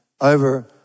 over